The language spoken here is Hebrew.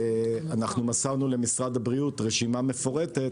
ומסרנו למשרד הבריאות רשימה מפורטת,